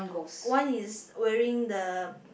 one is wearing the